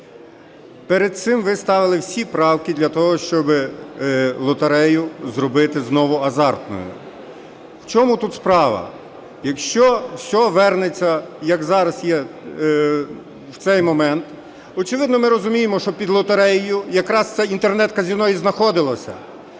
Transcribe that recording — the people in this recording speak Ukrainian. Перед цим ви ставили всі правки для того, щоб лотерею зробити знову азартною. В чому тут справа? Якщо все вернеться, як зараз є в цей момент, очевидно, ми розуміємо, що під лотереєю якраз це Інтернет-казино і знаходилося.